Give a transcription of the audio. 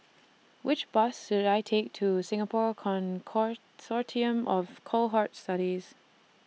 Which Bus should I Take to Singapore Consortium of Cohort Studies